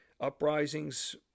uprisings